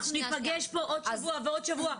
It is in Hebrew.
אנחנו ניפגש פה עוד שבוע ועוד שבוע,